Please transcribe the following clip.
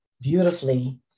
beautifully